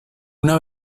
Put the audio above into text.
una